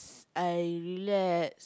I relax